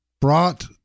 brought